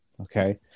Okay